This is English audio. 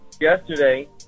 yesterday